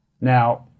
Now